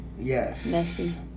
Yes